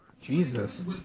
Jesus